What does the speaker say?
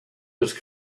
his